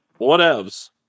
whatevs